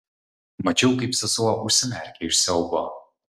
mačiau kaip sesuo užsimerkia iš siaubo